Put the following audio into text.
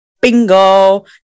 Bingo